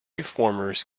reformers